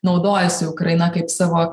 naudojasi ukraina kaip savo